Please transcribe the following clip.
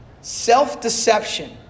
Self-deception